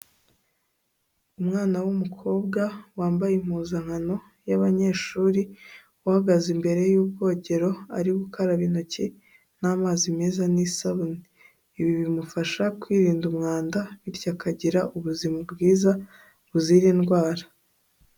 Umwana w'umukobwa wambaye impuzankano y'abanyeshuri, uhagaze imbere y'ubwogero ari gukaraba intoki n'amazi meza n'isabune. Ibi bimufasha kwirinda umwanda bityo akagira ubuzima bwiza buzira indwara.